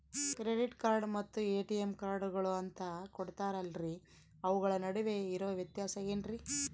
Credit card ಮತ್ತ ATM ಕಾರ್ಡುಗಳು ಅಂತಾ ಕೊಡುತ್ತಾರಲ್ರಿ ಅವುಗಳ ನಡುವೆ ಇರೋ ವ್ಯತ್ಯಾಸ ಏನ್ರಿ?